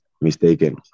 mistaken